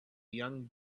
young